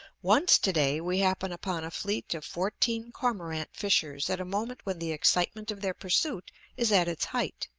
once to-day we happen upon a fleet of fourteen cormorant fishers at a moment when the excitement of their pursuit is at its height.